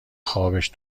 خابش